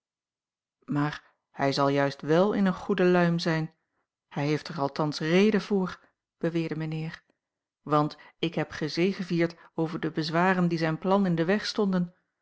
maar hij zal juist wèl in eene goede luim zijn hij heeft er althans reden voor beweerde mijnheer want ik heb gezegevierd over de bezwaren die zijn plan in den weg stonden